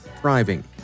thriving